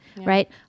right